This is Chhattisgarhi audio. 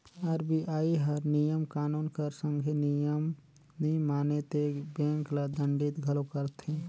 आर.बी.आई हर नियम कानून कर संघे नियम नी माने ते बेंक ल दंडित घलो करथे